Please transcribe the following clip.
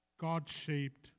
God-shaped